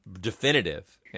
definitive